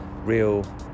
real